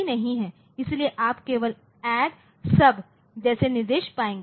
इसलिए आप केवल ऐड सब जैसे निर्देश पाएंगे